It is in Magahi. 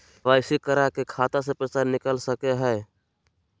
के.वाई.सी करा के खाता से पैसा निकल सके हय?